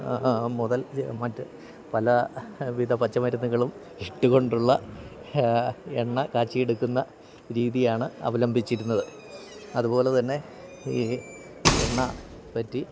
മുതൽ മറ്റ് പല വിധ പച്ച മരുന്നുകളും ഇട്ടുകൊണ്ടുള്ള എണ്ണ കാച്ചിയെടുക്കുന്ന രീതിയാണ് അവലംബിച്ചിരുന്നത് അതുപോലെത്തന്നെ ഈ എണ്ണ പറ്റി